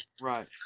right